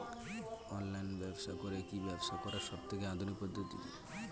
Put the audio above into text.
Online ব্যবসা করে কি ব্যবসা করার সবথেকে আধুনিক পদ্ধতি?